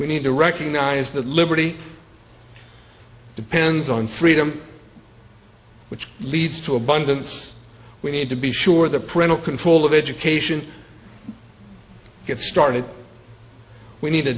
we need to recognise that liberty depends on freedom which leads to abundance we need to be sure the parental control of education get started we need a